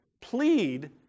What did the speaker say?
plead